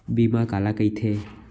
बीमा काला कइथे?